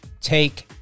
take